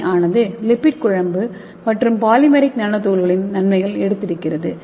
என் ஆனது லிப்பிட் குழம்பு மற்றும் பாலிமெரிக் நானோ துகள்களின் நன்மைகள் எடுத்திருக்கிறது